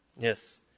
Yes